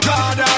God